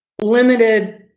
limited